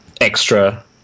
extra